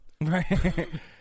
right